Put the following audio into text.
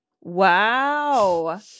Wow